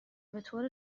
بطور